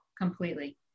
completely